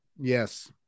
yes